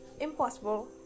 impossible